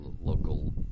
local